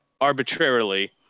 arbitrarily